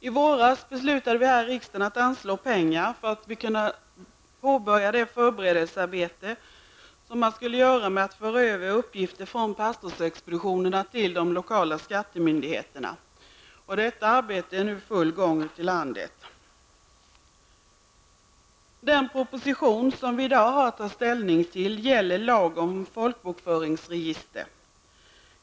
I våras beslutade vi här i riksdagen att anslå pengar för att kunna påbörja förberedelsearbetet med att föra över uppgifter från pastorsexpeditionerna till de lokala skattemyndigheterna. Det arbetet är nu i full gång ute i landet. Den proposition som vi i dag har att ta ställning till gäller lag om folkbokföringsregister.